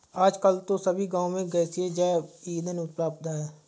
आजकल तो सभी गांव में गैसीय जैव ईंधन उपलब्ध है